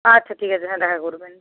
আচ্ছা ঠিক আছে হ্যাঁ দেখা করবেন